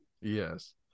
yes